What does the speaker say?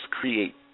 create